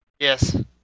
Yes